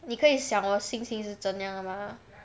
你可以想我心情是怎样的吗